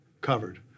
covered